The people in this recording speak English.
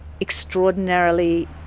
extraordinarily